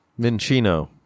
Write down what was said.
Mincino